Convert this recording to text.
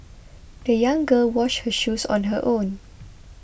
the young girl washed her shoes on her own